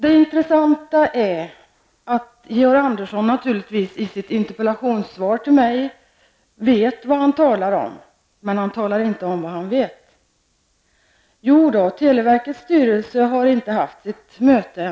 Det intressanta är att Georg Andersson i sitt interpellationssvar till mig naturligtvis vet vad han talar om, men han talar inte om vad han vet. Det är riktigt att televerkets styrelse ännu inte har haft sitt möte.